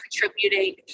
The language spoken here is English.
contributing